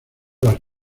las